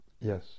Yes